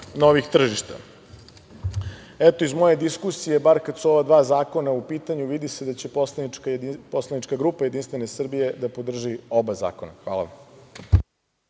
novih tržišta. Eto, iz moje diskusije, bar kada su ova dva zakona u pitanju, vidi se da će Poslanička grupa Jedinstvene Srbije da podrži oba zakona. Hvala vam.